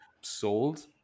sold